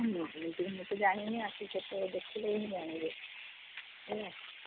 ମୁଁ ତ ମୁଁ ତ ଜାଣିନି ଆସିକି କେତେବେଳେ ଦେଖିଲେ ହିଁ ଜାଣିବେ ହେଲା